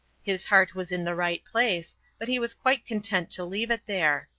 his heart was in the right place but he was quite content to leave it there.